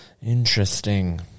Interesting